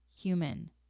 human